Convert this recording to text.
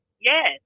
Yes